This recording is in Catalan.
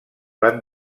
van